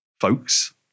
Folks